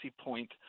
point